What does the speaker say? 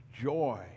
joy